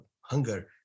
hunger